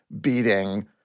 beating